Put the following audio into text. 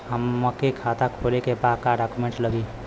हमके खाता खोले के बा का डॉक्यूमेंट लगी?